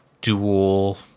dual